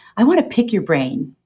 i want to pick your brain.